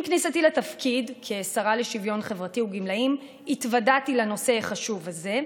עם כניסתי לתפקיד כשרה לשוויון חברתי וגמלאים התוודעתי לנושא החשוב הזה,